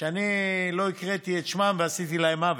שאני לא הקראתי את שמם ועשיתי להם עוול: